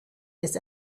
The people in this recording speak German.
des